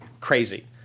crazy